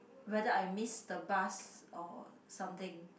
whether I miss the bus or something